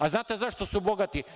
Znate zašto su bogati?